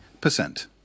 percent